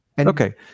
Okay